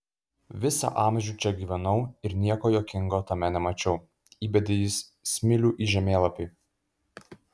visą amžių čia gyvenau ir nieko juokingo tame nemačiau įbedė jis smilių į žemėlapį